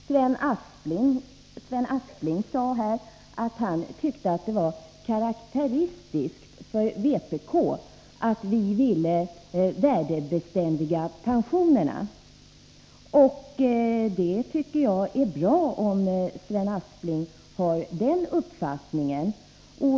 Sven Aspling sade att han tyckte det var karakteristiskt för vpk att vilja ha värdebeständiga pensioner. Jag tycker det är bra om Sven Aspling har den uppfattningen.